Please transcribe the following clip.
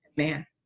Amen